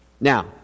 Now